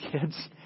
kids